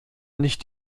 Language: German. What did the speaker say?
nicht